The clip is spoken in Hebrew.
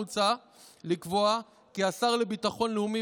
מוצע לקבוע כי השר לביטחון לאומי,